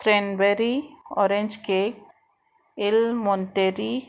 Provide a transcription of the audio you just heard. cranberry orange cake इल मोंतेरी